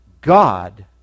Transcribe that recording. God